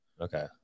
Okay